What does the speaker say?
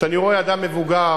כשאני רואה אדם מבוגר,